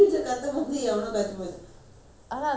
ஆனால் அது:aanal athu cockroach பண்ணனும் அம்மா: pannanum amma